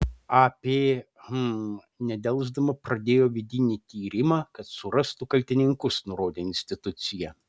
ap hm nedelsdama pradėjo vidinį tyrimą kad surastų kaltininkus nurodė institucija